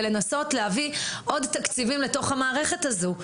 לנסות להביא עוד תקציבים לתוך המערכת הזאת.